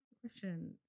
Question